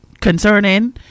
concerning